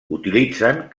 utilitzen